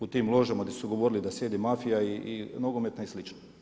U tim ložama gdje su govorili da sjedi mafija nogometna i sl.